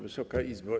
Wysoka Izbo!